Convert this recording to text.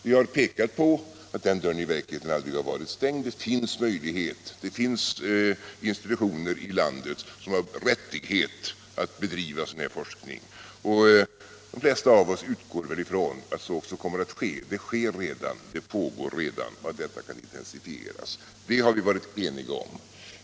Vi har pekat på att den dörren i verkligheten aldrig har varit stängd. Det finns institutioner i landet som har rättighet att bedriva sådan här forskning. De flesta av oss utgår väl ifrån att så också kommer att ske. Sådan forskning pågår redan och kan intensifieras. — Det har vi varit eniga om.